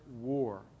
war